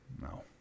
No